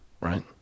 right